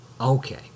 okay